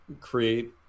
create